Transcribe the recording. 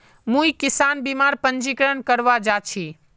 मुई किसान बीमार पंजीकरण करवा जा छि